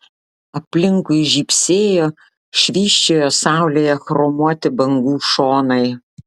aplinkui žybsėjo švysčiojo saulėje chromuoti bangų šonai